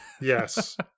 Yes